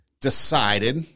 decided